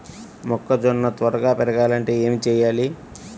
మొక్కజోన్న త్వరగా పెరగాలంటే ఏమి చెయ్యాలి?